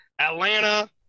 Atlanta